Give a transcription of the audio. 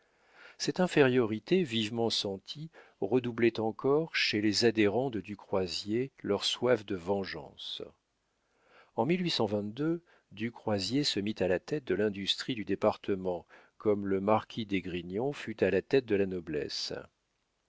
cette infériorité vivement sentie redoublait encore chez les adhérents de du croisier leur soif de vengeance en du croisier se mit à la tête de l'industrie du département comme le marquis d'esgrignon fut à la tête de la noblesse